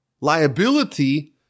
liability